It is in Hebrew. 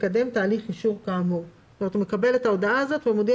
לקדם תהליך אישור כאמור." כלומר הוא מקבל את ההודעה הזאת ומודיע